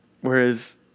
whereas